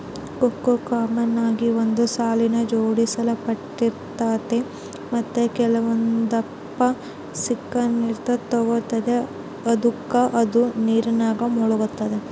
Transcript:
ಕೊಕ್ಕೆ ಕಾಮನ್ ಆಗಿ ಒಂದು ಸಾಲಿಗೆ ಜೋಡಿಸಲ್ಪಟ್ಟಿರ್ತತೆ ಮತ್ತೆ ಕೆಲವೊಂದಪ್ಪ ಸಿಂಕರ್ನಿಂದ ತೂಗ್ತತೆ ಅದುಕ ಅದು ನೀರಿನಾಗ ಮುಳುಗ್ತತೆ